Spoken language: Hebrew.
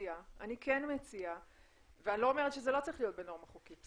ואני לא אומרת שזה לא צריך להיות בנורמה חוקית,